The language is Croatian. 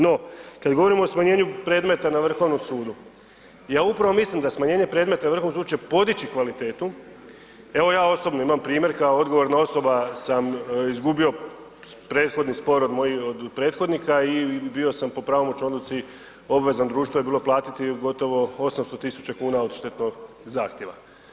No kada govorimo o smanjenju predmeta na Vrhovnom sudu, ja upravo mislim da smanjenje predmeta Vrhovnom sudu će podići kvalitetu, evo ja osobno imam primjer kao odgovorna osoba sam izgubio prethodni spor od mojih prethodnika i bio sam po pravomoćnoj odluci, obvezan, društvo je moralo platiti, gotovo 800 tisuća kuna, odštetu od zahtjeva.